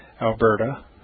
Alberta